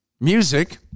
music